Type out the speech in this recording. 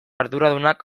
arduradunak